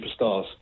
superstars